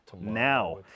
now